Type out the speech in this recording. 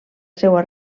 seua